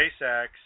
SpaceX